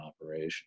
operation